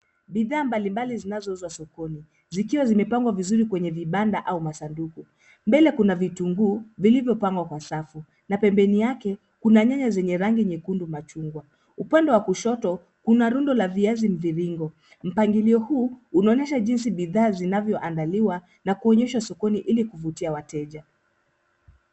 Bidhaa mbalimbali zinazouzwa sokoni zikiwa zimepangwa vizuri kwenye vibanda au masanduku. Mbele kuna vitunguu vilivyopangwa kwa safu na pembeni yake kuna nyanya zenye rangi nyekundu machungwa. Upande wa kushoto, kuna rundo la viazi mviringo. Mpangilio huu unaonyesha jinsi bidhaa zinavyoandaliwa na kuonyeshwa sokoni ili kuvutia wateja.